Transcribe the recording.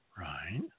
right